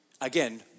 again